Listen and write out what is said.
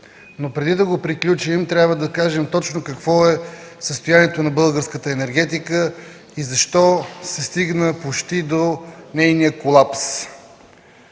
но преди да приключим трябва да кажем какво точно е състоянието на българската енергетика и защо се стигна почти до нейния колапс.